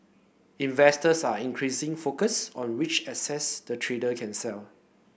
investors are increasingly focused on which assets the trader can sell